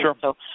Sure